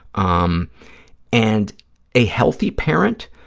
um and a healthy parent,